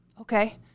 Okay